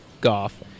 golf